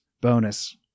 bonus